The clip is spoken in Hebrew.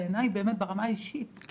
בעיניי, ברמה האישית, זו בשורה.